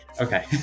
okay